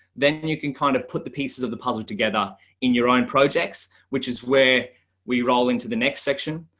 then you can kind of put the pieces of the puzzle together in your own projects, which is where we roll into the next section.